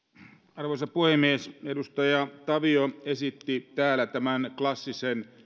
arvoisa puhemies edustaja tavio esitti täällä tämän klassisen